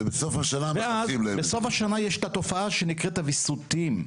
ובסוף השנה יש את התופעה שנקראת הויסותים.